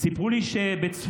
סיפרו לי שבצפת